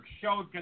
showed